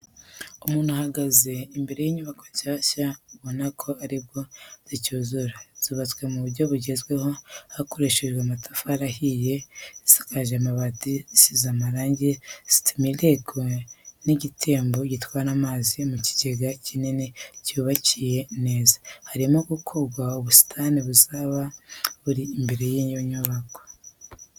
Umuntu ahagaze imbere y'inyubako nshyashya ubona ko aribwo zicyuzura zubatswe mu buryo bugezweho hakoreshejwe amatafari ahiye zisakaje amabati, zisize amarangi, zifite imireko n'igitembo gitwara amazi mu kigega kinini cyubakiye neza, harimo gukorwa ubusitani buzaba buri imbere y'iyo nyubako.